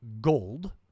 gold